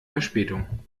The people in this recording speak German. verspätung